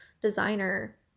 designer